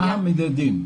המקומית.